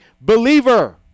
believer